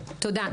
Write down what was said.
(היו"ר פנינה תמנו) תודה,